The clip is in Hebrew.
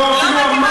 לא מתאימה לך.